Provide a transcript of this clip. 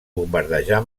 bombardejar